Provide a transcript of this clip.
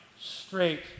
straight